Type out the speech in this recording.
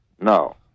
No